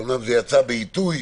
אמנם זה יצא בעיתוי